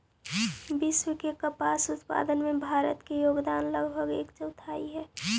विश्व के कपास उत्पादन में भारत के योगदान लगभग एक चौथाई हइ